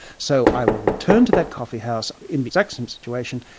so i will return to that coffee house in the exact situation,